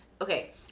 okay